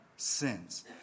Sins